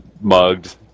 mugged